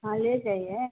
हाँ ले जाइए